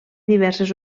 diverses